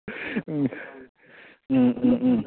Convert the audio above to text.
ꯎꯝ ꯎꯝ ꯎꯝ